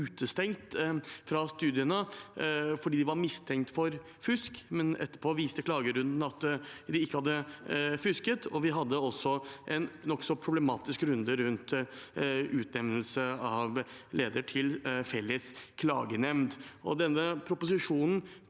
utestengt fra studiene fordi de var mistenkt for fusk, men etterpå viste klagerunden at de ikke hadde fusket. Vi hadde også en nokså problematisk runde rundt utnevnelse av leder til Felles klagenemnd. Denne proposisjonen